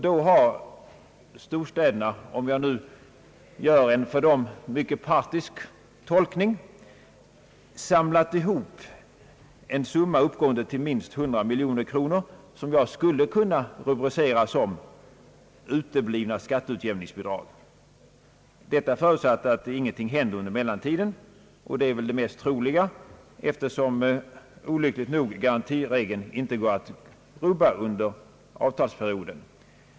Då har storstäderna — Om jag nu gör en för dem mycket partisk tolkning — samlat ihop en summa uppgående till minst 100 miljoner kronor, som jag skulle kunna rubricera som uteblivna skatteutjämningsbidrag. Detia förutsatt att ingenting händer under mellantiden, och det är väl det mest troliga eftersom olyckligt nog garantiregeln inte går att rubba under avtalsperioden.